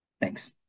Thanks